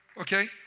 Okay